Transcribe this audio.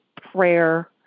Prayer